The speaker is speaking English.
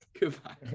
Goodbye